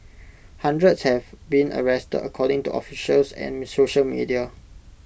hundreds have been arrested according to officials and social media